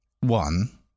One